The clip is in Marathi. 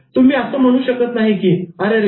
तुम्ही असं म्हणू शकत नाही की अरेरे